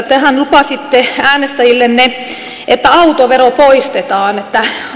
tehän lupasitte äänestäjillenne että autovero poistetaan